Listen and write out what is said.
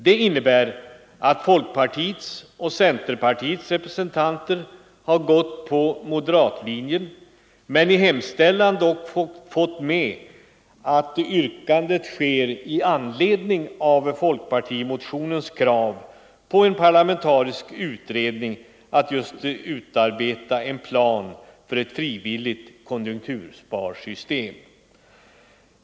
Det innebär att folkpartiets och centerpartiets representanter har följt moderatlinjen men i hemställan dock fått med att yrkandet ställs ”i anledning av” folkpartiets motionskrav på en parlamentarisk utredning med uppdrag att just utarbeta en plan för ett frivilligt konjunktursparsystem.